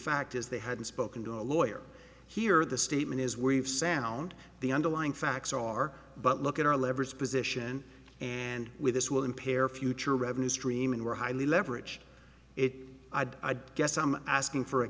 fact is they hadn't spoken to a lawyer here the statement is we've sound the underlying facts are but look at our leverage position and with this will impair future revenue stream and we're highly leverage it i guess i'm asking for a